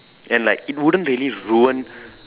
and like it wouldn't really ruin